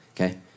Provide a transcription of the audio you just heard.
okay